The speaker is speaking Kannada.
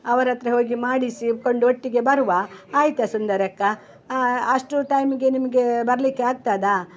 ಅವರ ಹತ್ತಿರ ಹೋಗಿ ಮಾಡಿಸಿ ಕೊಂಡೊಟ್ಟಿಗೆ ಬರುವ ಆಯಿತಾ ಸುಂದರಕ್ಕ ಅಷ್ಟು ಟೈಮಿಗೆ ನಿಮಗೆ ಬರಲಿಕ್ಕೆ ಆಗ್ತದ್ಯಾ